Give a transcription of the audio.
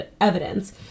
evidence